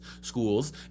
schools